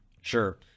sure